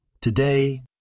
Today